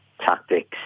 tactics